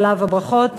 לו הברכות.